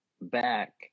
back